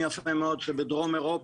תודה.